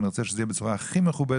ואני רוצה שזה יהיה בצורה הכי מכובדת.